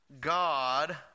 God